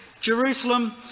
Jerusalem